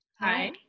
Hi